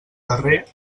darrer